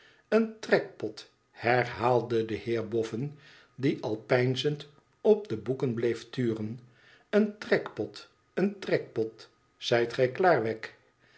en trekpot herhaalde de heer bofbn die al peinzend op de boeken bleef turen teen trekpot een trekpot zijt gij klaar